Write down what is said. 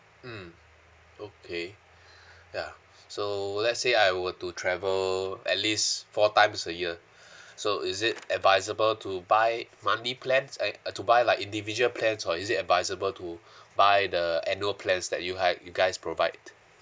mm okay ya so let's say I were to travel at least four times a year so is it advisable to buy monthly plans an~ uh to buy like individual plans or is it advisable to buy the annual plans that you guys you guys provide